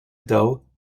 dull